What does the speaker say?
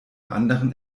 anderen